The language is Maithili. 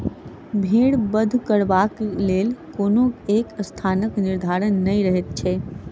भेंड़ बध करबाक लेल कोनो एक स्थानक निर्धारण नै रहैत छै